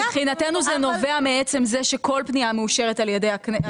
מבחינתנו זה נובע מעצם זה שכל פנייה מאושרת על ידי ועדת הכספים.